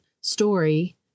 story